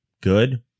good